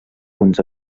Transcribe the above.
punts